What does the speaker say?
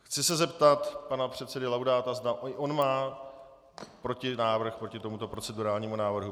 Chci se zeptat pana předsedy Laudáta, zda i on má protinávrh proti tomuto procedurálnímu návrhu.